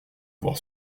voir